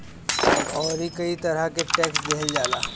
अउरी कई तरह के टेक्स देहल जाला